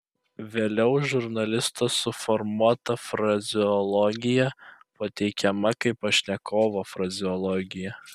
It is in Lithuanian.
vėliau žurnalisto suformuota frazeologija pateikiama kaip pašnekovo frazeologija